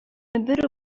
бер